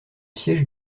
siège